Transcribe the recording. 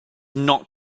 not